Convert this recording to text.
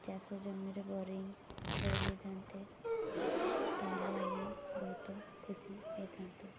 ଚାଷ ଜମିରେ ବୋରିଂ ଖୋଳି ଦେଇଥାନ୍ତେ ତାହେଲେ ଆମେ ବହୁତ ଖୁସି ହେଇଥାନ୍ତୁ